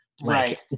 right